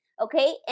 okay